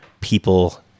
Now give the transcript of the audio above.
people